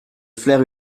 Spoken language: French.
flaire